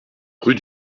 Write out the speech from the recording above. rue